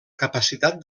capacitat